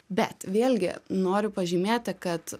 bet vėlgi noriu pažymėti kad